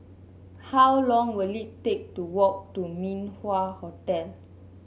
how long will it take to walk to Min Wah Hotel